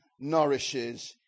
nourishes